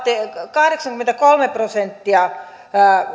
kahdeksankymmentäkolme prosenttia